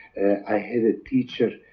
i had a teacher,